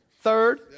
Third